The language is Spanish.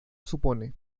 supone